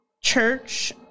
church